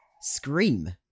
Scream